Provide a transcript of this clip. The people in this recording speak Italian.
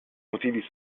motivi